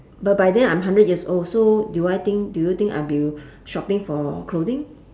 but by then I'm hundred years old so do I think do you think I'll be shopping for clothing